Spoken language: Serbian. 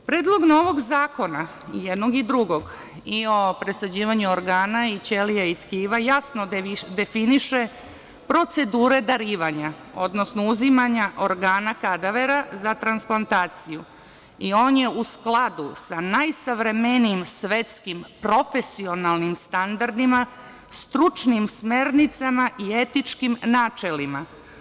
Predlog novog zakona, jednog i drugog, i o presađivanju organa i ćelija i tkiva, jasno definiše procedure darivanja, odnosno uzimanja organa kadavera za transplantaciju i on je u skladu sa najsavremenijim svetskim, profesionalnim standardima, stručnim smernicama i etičkim načelima.